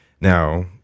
Now